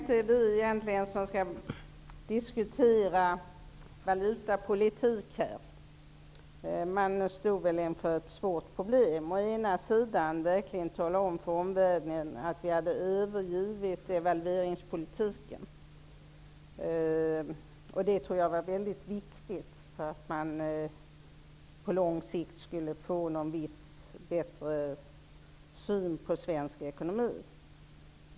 Herr talman! Egentligen skall vi inte diskutera valutapolitik här. Men man stod väl inför ett svårt problem. Man skulle ju tala om för omvärlden att vi hade övergivit devalveringspolitiken, vilket jag tror var väldigt viktigt för att på lång sikt få en viss, och bättre, syn på svensk ekonomi.